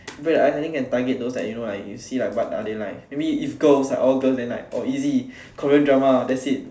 break the ice I think can target those like you know like you see what are they like I mean if girls like all girls then like oh easy Korean drama that's it